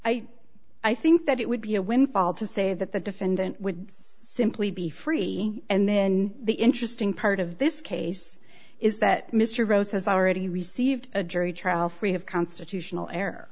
trial i think that it would be a windfall to say that the defendant would simply be free and then the interesting part of this case is that mr rose has already received a jury trial free of constitutional